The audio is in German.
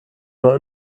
oder